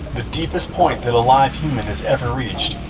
the deepest point that alive human has ever reached.